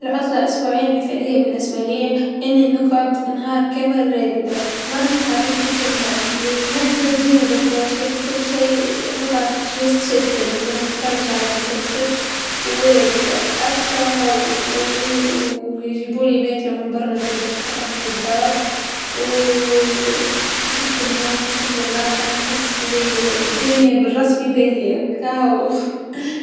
العطله الاسبوعيه المثاليه بالنسبه ليا أني نقعد نهار كامل راقدا منتحركش جملا، الماكله تجيني لفراشي و كلشي، نقعد برك شاده التيليفون نتفرج على مسلسل و راقده، أكا و يجيبولي الماكله من برا زادا مشي حتى ماكلة الدار و نشيخ بالنوم مشيخ بالراحه، نحس بالرسمي الدنيا باهيا كاو.